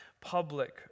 public